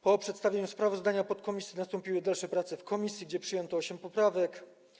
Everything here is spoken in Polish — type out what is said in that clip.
Po przedstawieniu sprawozdania podkomisji nastąpiły dalsze prace w ramach komisji, gdzie przyjęto 8 poprawek.